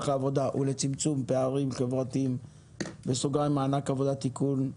העבודה ולצמצום פערים חברתיים (מענק עבודה) (תיקון),